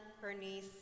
Bernice